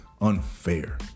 unfair